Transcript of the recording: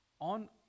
on